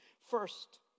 First